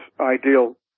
ideal